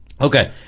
Okay